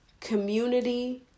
community